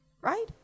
Right